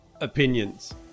opinions